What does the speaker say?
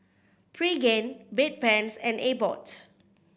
Pregain Bedpans and Abbott